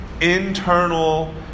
internal